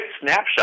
snapshot